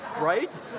Right